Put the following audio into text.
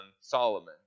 Solomon